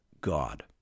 God